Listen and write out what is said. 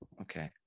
okay